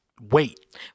wait